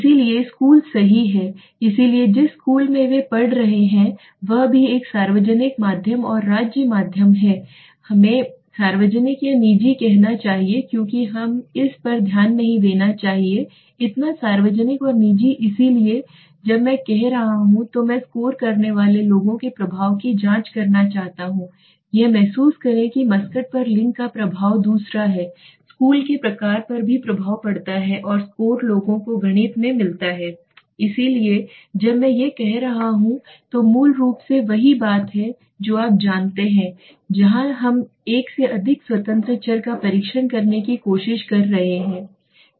इसलिए स्कूल सही है इसलिए जिस स्कूल में वे पढ़ रहे हैं वह भी हम एक सार्वजनिक माध्यम और राज्य माध्यम हमें सार्वजनिक या निजी कहना चाहिए क्योंकि मैं इस पर ध्यान नहीं देना चाहता इतना सार्वजनिक और निजी इसलिए जब मैं कर रहा हूं तो मैं स्कोर करने वाले लोगों के प्रभाव की जांच करना चाहता हूं यह महसूस करें कि मस्कट पर लिंग का प्रभाव दूसरा है स्कूल के प्रकार पर भी प्रभाव पड़ता है स्कोर लोगों को गणित में मिलता है इसलिए जब मैं यह कर रहा हूं तो मूल रूप से वही होता है जो आप जानते हैं जहाँ हम एक से अधिक स्वतंत्र चर का परीक्षण करने की कोशिश कर रहे हैं